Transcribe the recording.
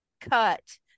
cut